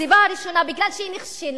הסיבה הראשונה, בגלל שהיא נכשלה.